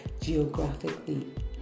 geographically